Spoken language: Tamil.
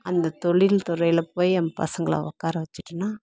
அந்த தொழில்துறையில் போய் என் பசங்களை உட்கார வச்சுட்டேனா